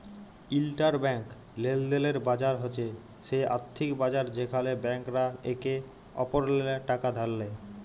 interbank লেলদেলের বাজার হছে সে আথ্থিক বাজার যেখালে ব্যাংকরা একে অপরেল্লে টাকা ধার লেয়